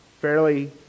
fairly